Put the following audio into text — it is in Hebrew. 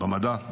במדע,